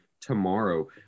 tomorrow